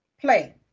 play